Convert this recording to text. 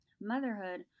motherhood